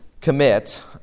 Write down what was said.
commit